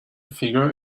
figure